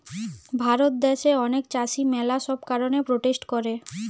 ভারত দ্যাশে অনেক চাষী ম্যালা সব কারণে প্রোটেস্ট করে